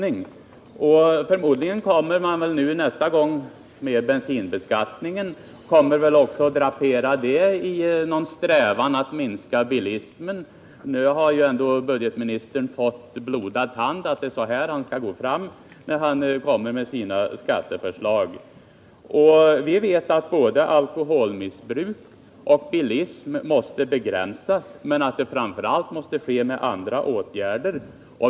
När regeringen kommer med sitt förslag om höjda bensinskatter, kommer man förmodligen att drapera det förslaget i en strävan att minska bilismen. Nu har ju budgetministern fått blodad tand; han har fått veta att det är så här han bör göra när han lägger fram sina skatteförslag. Vi vet att både alkoholmissbruket och bilismen måste begränsas, men framför allt måste detta ske genom andra åtgärder.